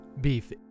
Beef